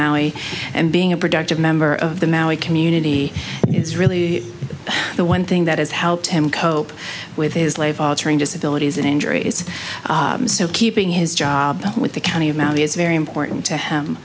maui and being a productive member of the maui community it's really the one thing that has helped him cope with his life altering disability and injuries so keeping his job with the county of mount is very important to him